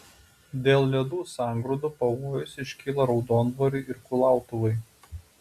dėl ledų sangrūdų pavojus iškilo raudondvariui ir kulautuvai